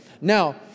Now